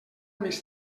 més